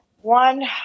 One